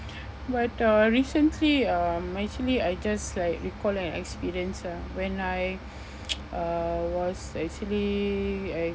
but uh recently um actually I just like recall an experience ah when I uh was actually I